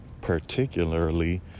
particularly